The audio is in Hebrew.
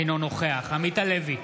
אינו נוכח עמית הלוי,